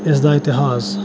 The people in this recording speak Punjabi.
ਇਸਦਾ ਇਤਿਹਾਸ